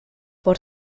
por